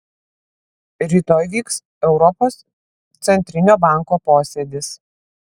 rytoj vyks europos centrinio banko posėdis